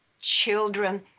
children